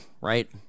right